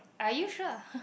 are you sure